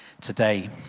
today